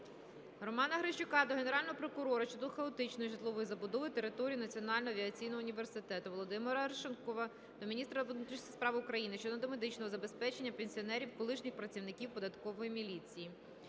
Романа Грищука до Генерального прокурора щодо хаотичної житлової забудови території Національного авіаційного університету. Володимира Арешонкова до міністра внутрішніх справ України щодо медичного забезпечення пенсіонерів - колишніх працівників податкової міліції.